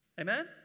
Amen